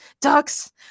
Ducks